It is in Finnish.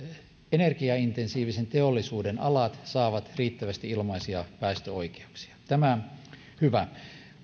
energiaintensiivisen teollisuuden alat saavat riittävästi ilmaisia päästöoikeuksia tämä hyvä